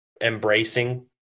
embracing